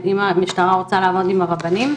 אם המשטרה רוצה לעבוד עם הרבנים,